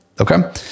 Okay